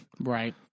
right